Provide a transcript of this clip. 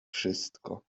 wszystko